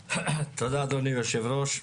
תודה, אדוני היושב-ראש,